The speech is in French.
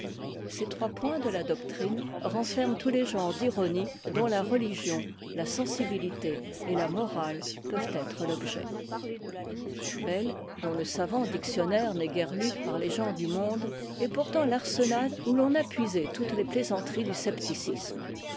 ces trois points de la doctrine renferment tous les genres d'ironie dont la religion la sensibilité et la morale peuvent être l'objet bayle dont le savant dictionnaire n'est guère lu par les gens du monde est pourtant l'arsenal où l'on a puisé'toutes les plaisanteries du scepticisme